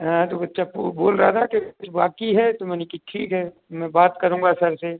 हाँ तो बच्चा बोल रहा था कि कुछ बाकी है तो मैंने कहाँ ठीक है मैं बात करूंगा सर से